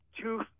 two